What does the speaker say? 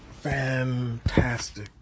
fantastic